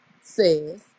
says